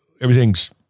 everything's